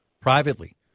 privately